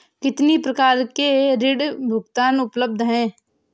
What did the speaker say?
कितनी प्रकार के ऋण भुगतान उपलब्ध हैं?